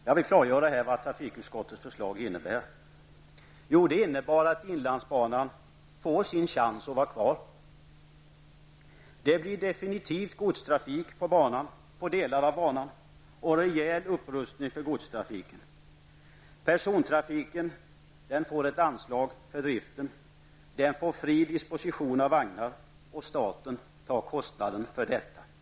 Jag vill klargöra vad trafikutskottets förslag innebär. Det innebär att inlandsbanan får sin chans att vara kvar. Det blir definitivt godstrafik på delar av banan och en rejäl upprustning av godstrafiken. Persontrafiken får ett anslag för driften, fri disposition av vagnar och staten står för kostnaden för detta.